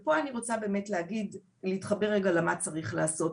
אז פה אני רוצה באמת להגיד ולהתחבר רגע למה שצריך לעשות.